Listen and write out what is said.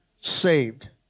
Saved